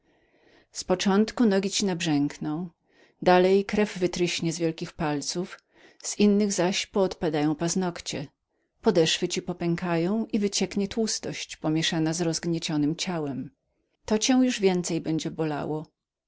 z początku nogi ci nabrzękną dalej krew wytryśnie ci z wielkich palców z drugich zaś poopadają paznogcie podeszwy ci popękają i wycieknie ci tłustość pomięszana z rozgniecionem ciałem to cię już więcej będzie boleć